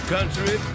Country